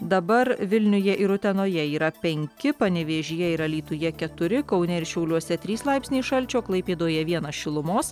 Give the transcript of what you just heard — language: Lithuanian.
dabar vilniuje ir utenoje yra penki panevėžyje ir alytuje keturi kaune ir šiauliuose trys laipsniai šalčio klaipėdoje vienas šilumos